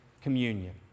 Communion